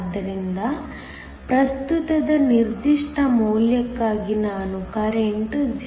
ಆದ್ದರಿಂದ ಪ್ರಸ್ತುತದ ನಿರ್ದಿಷ್ಟ ಮೌಲ್ಯಕ್ಕಾಗಿ ನಾನು ಕರೆಂಟ್ 0